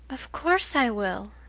of course i will,